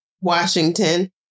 Washington